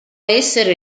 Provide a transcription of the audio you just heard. essere